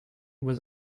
was